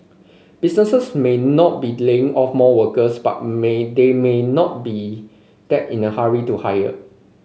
businesses may not be laying off more workers but may they may not be that in a hurry to hire